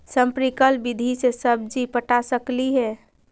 Sprinkle विधि से सब्जी पटा सकली हे?